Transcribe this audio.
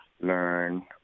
learn